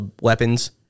weapons